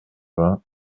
vingts